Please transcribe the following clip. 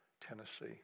Tennessee